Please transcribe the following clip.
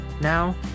Now